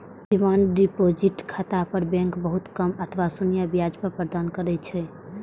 demand deposit खाता पर bank बहुत कम अथवा शून्य ब्याज दर प्रदान करै छै